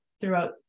throughout